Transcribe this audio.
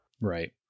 right